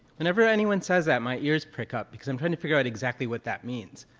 whenever anyone says that, my ears perk up, because i'm trying to figure out exactly what that means.